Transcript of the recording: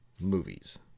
movies